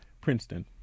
Princeton